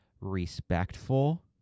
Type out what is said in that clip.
respectful